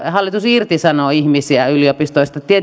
hallitus irtisanoo ihmisiä yliopistoista